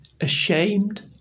ashamed